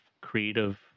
creative